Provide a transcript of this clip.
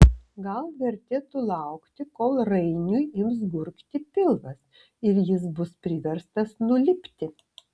gal vertėtų laukti kol rainiui ims gurgti pilvas ir jis bus priverstas nulipti